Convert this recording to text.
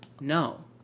No